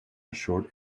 short